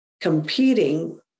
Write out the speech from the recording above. competing